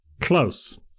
Close